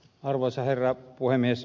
arvoisa herra puhemies